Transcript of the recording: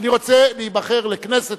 אני רוצה להיבחר לכנסת